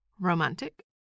Romantic